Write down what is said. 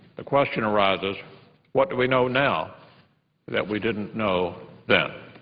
the question arises what do we know now that we didn't know then?